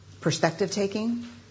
perspective-taking